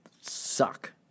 suck